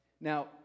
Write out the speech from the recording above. Now